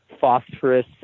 phosphorus